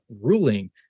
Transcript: ruling